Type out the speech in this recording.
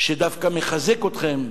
שהמצב הזה דווקא מחזק אתכם,